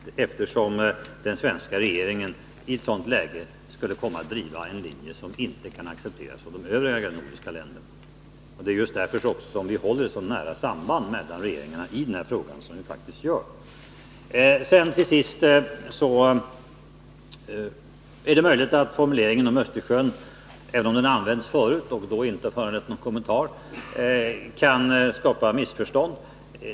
Detta skulle kunna ske om den svenska regeringen drev en linje som inte kan accepteras av de övriga nordiska länderna. Det är också just därför som vi i den här frågan håller ett så nära samband mellan regeringarna som vi faktiskt gör. Till sist vill jag säga att det är möjligt att formuleringen om Östersjön — även om den har använts förut, och då inte har föranlett någon kommentar — kan skapa missförstånd.